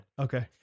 Okay